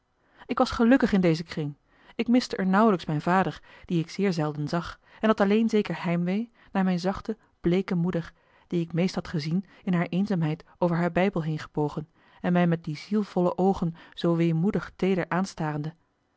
ik was gelukkig in dezen kring ik miste er nauwelijks mijn vader dien ik zeer zelden zag en had alleen zeker heimwee naar mijne zachte bleeke moeder die ik meest had gezien in haar eenzaamheid over haar bijbel heengebogen en mij met die zielvolle oogen zoo weemoedig teeder aanstarende